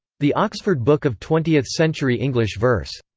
the oxford book of twentieth century english verse.